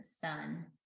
sun